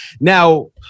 Now